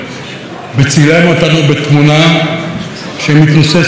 והתמונה מתנוססת מעל ערוץ הכנסת למטה.